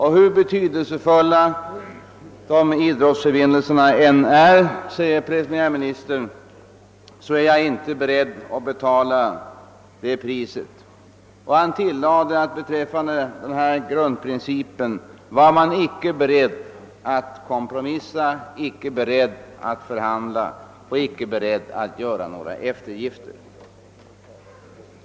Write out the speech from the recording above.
Hur betydelsefulla dessa idrottsförbindelser än är, framhåller premiärministern, är han inte beredd att betala detta pris. Han tilllägger att man beträffande denna grundprincip icke är beredd att kompromissa, att förhandla eller att göra några eftergifter.